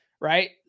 right